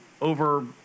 over